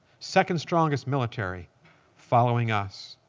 second strongest military following us.